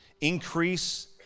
increase